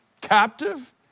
captive